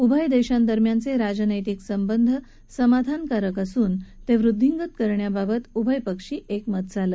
उभय देशांदरम्यानचे राजनैतिक संबंध समाधानकारक असून ते वृद्विंगत करण्याबाबत उभयपक्षी एकमत झालं